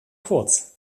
kurz